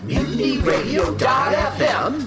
MutinyRadio.fm